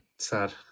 Sad